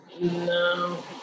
No